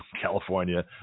California